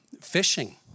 fishing